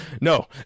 No